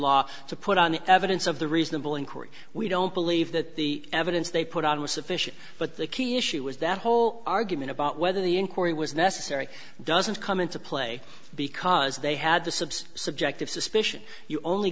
law to put on evidence of the reasonable in court we don't believe that the evidence they put on was sufficient but the key issue was that whole argument about whether the inquiry was necessary doesn't come into play because they had the subsea subjective suspicion you only